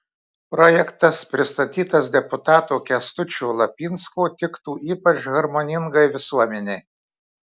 projektas pristatytas deputato kęstučio lapinsko tiktų ypač harmoningai visuomenei